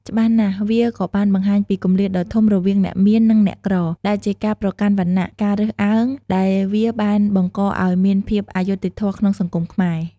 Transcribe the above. ច្បាស់ណាស់វាក៏បានបង្ហាញពីគម្លាតដ៏ធំ រវាងអ្នកមាន និងអ្នកក្រ ដែលជាការប្រកាន់វណ្ណះ ការរើសអើង ដែលវាបានបង្កឱ្យមានភាពអយុត្តិធម៌ក្នុងសង្គមខ្មែរ ។